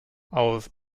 aus